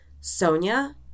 Sonia